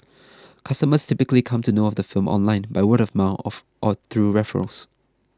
customers typically come to know of the firm online by word of mouth of or through referrals